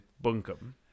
bunkum